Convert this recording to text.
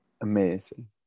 Amazing